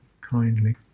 kindly